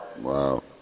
Wow